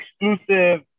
exclusive